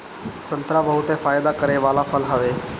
संतरा बहुते फायदा करे वाला फल हवे